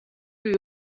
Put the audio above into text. ibi